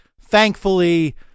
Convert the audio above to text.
thankfully